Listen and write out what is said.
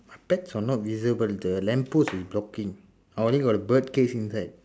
pets are not visible the lamp post is blocking only got the bird cage inside